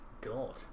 god